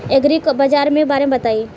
एग्रीबाजार के बारे में बताई?